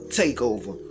takeover